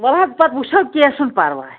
ولہٕ حظ پتہٕ وٕچھو کینہہ چھُنہٕ پرواے